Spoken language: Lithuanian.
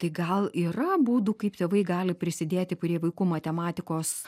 tai gal yra būdų kaip tėvai gali prisidėti prie vaikų matematikos